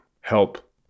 help